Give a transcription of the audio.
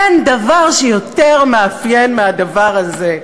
אין דבר שיותר מאפיין מהדבר הזה.